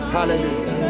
Hallelujah